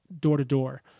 door-to-door